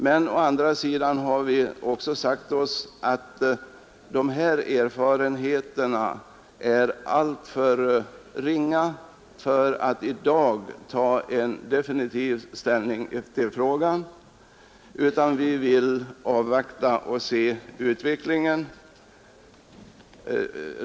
Men å andra sidan har vi också sagt oss att erfarenheterna är alltför ringa för att vi i dag skulle ta en definitiv ställning till frågan. Vi vill avvakta och se den framtida utvecklingen.